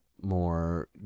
more